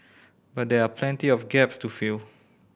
but there are plenty of gaps to fill